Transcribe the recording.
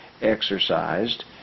exercised